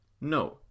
no